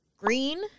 Green